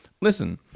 listen